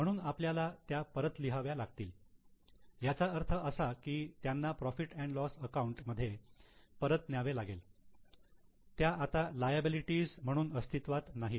म्हणून आपल्याला त्या परत लिहाव्या लागतील याचा अर्थ असा की त्यांना प्रॉफिट अँड लॉस अकाउंट मध्ये परत न्यावे लागेल त्या आता लायबिलिटी म्हणून अस्तित्वात नाहीत